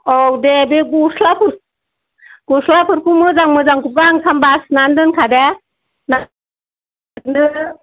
औ दे बे गस्लाफोर गस्लाफोरखौ मोजां मोजांखौ गांथाम बासिनानै दोनखादे